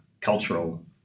cultural